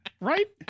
Right